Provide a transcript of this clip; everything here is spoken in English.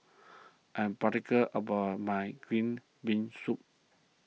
I am particular about my Green Bean Soup